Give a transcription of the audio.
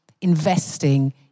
investing